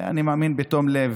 אני מאמין בתום לב,